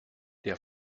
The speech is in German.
der